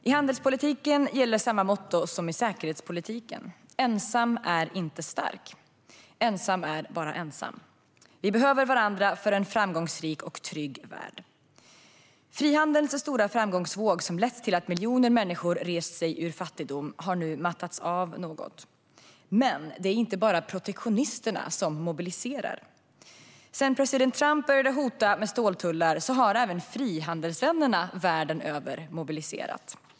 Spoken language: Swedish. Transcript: I handelspolitiken gäller samma motto som i säkerhetspolitiken: Ensam är inte stark - ensam är bara ensam. Vi behöver varandra för en framgångsrik och trygg värld. Frihandelns stora framgångsvåg, som lett till att miljoner människor rest sig ur fattigdom, har nu mattats av något. Men det är inte bara protektionisterna som mobiliserar. Sedan president Trump började hota med ståltullar har även frihandelsvännerna världen över mobiliserat.